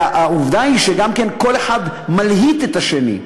העובדה היא שגם כל אחד מלהיט את השני.